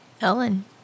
Ellen